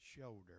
Shoulder